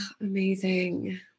Amazing